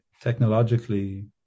technologically